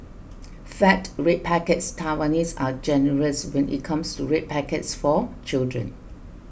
fat red packets Taiwanese are generous when it comes to red packets for children